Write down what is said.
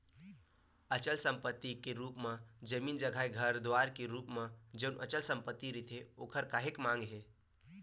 अचल संपत्ति के रुप म जमीन जघाए घर दुवार के रुप म जउन अचल संपत्ति रहिथे ओखर काहेक मांग हे